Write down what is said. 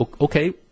Okay